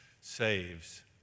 saves